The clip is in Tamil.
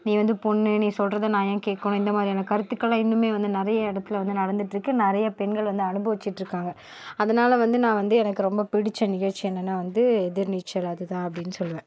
நீ வந்து பொண்ணு நீ சொல்றதை நான் ஏன் கேட்கணும் இந்த மாதிரியான கருத்துக்கெல்லாம் இன்னுமே வந்து நிறைய இடத்துல வந்து நடந்துகிட்டு இருக்குது நிறைய பெண்கள் வந்து அனுபவிச்சிட்டு இருக்காங்க அதனால வந்து நான் வந்து எனக்கு ரொம்ப பிடித்த நிகழ்ச்சி என்னன்ன வந்து எதிரிநீச்சல் அது தான் அப்படினு சொல்லுவேன்